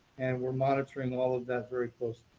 and we're monitoring all of that very closely.